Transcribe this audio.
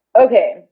Okay